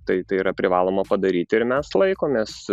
tai tai yra privaloma padaryti ir mes laikomės